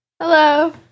Hello